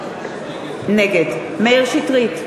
נגד מאיר שטרית,